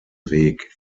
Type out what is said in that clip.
weg